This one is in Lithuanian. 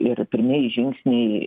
ir pirmieji žingsniai